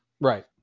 Right